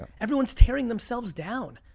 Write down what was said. everyone's tearing themselves down.